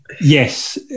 Yes